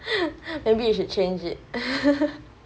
maybe you should change it